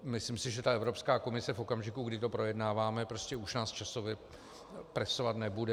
Myslím si, že Evropská komise v okamžiku, kdy to projednáváme, už nás časově presovat nebude.